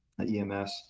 EMS